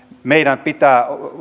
meillä pitää